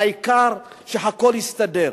העיקר שהכול יסתדר,